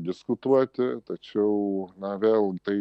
diskutuoti tačiau na vėl tai